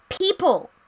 people